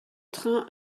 train